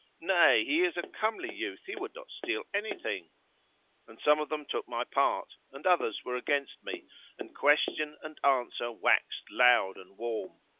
nay, he is a comely youth he would not steal anything and some of them took my part and others were against me and question and answer waxed loud and warm.